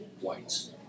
whites